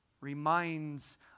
reminds